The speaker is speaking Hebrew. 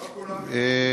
לא כולם מכירים את זה, יואב.